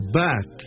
back